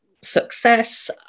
success